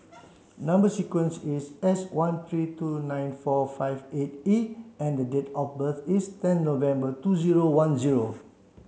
number sequence is S one three two nine four five eight E and the date of birth is ten November two zero one zero